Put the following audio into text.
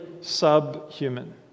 subhuman